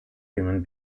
human